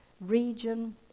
region